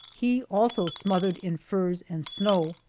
he also smothered in furs and snow.